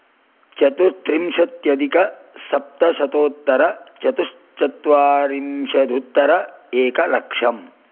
चतुस्त्रिंशत्यधिकसप्तशतोत्तरचतुश्चत्वारिंशदुत्तर एकलक्षम्